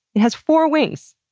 it has four wings.